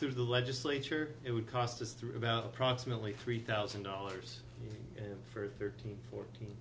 through the legislature it would cost us through about approximately three thousand dollars and for thirteen fourteen